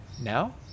now